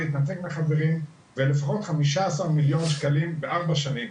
להתנתק מהחברים ולפחות 15,000,000 ₪ בארבע שנים.